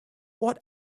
what